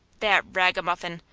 that ragamuffin!